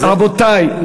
רבותי,